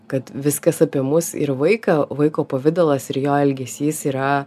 kad viskas apie mus ir vaiką vaiko pavidalas ir jo elgesys yra